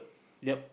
yup